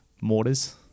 mortars